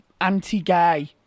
anti-gay